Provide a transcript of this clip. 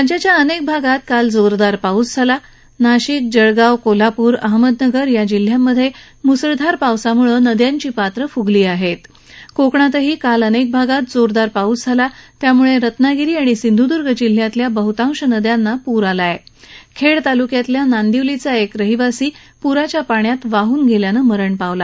राज्याच्या अनक्रीभागात काल जोरदार पाऊस झाला नाशिक जळगाव कोल्हापूर अहमदनगर जिल्ह्यात मुसळधार पावसामुळ नद्यांची पात्रं फुगली आहस्त कोकणातही काल अनक्त भागात जोरदार पाऊस झाला त्यामुळ उत्नागिरी आणि सिंधुदूर्ग जिल्ह्यातल्या बहतांशी नद्यांना पूर आला आहखिद्दतालुक्यातल्या नांदिवलीचा एक रहिवासी पुराच्या पाण्यात वाहन गस्खिनं मरण पावला